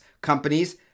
companies